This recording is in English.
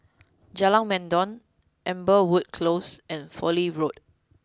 Jalan Mendong Amberwood Close and Fowlie Road